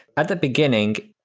at the beginning,